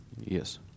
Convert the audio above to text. Yes